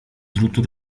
drutu